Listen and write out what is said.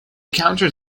counter